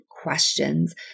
questions